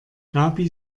gaby